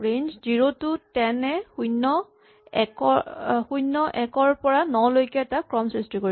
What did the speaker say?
range zero to ten এ শূণ্য এক ৰ পৰা ন লৈকে এটা ক্ৰম সৃষ্টি কৰিব